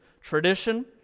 tradition